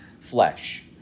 flesh